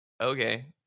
okay